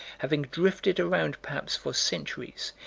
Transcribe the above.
having drifted around perhaps for centuries,